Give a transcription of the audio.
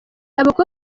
abakobwa